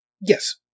Yes